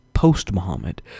post-Muhammad